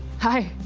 hi.